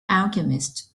alchemists